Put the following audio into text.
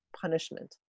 punishment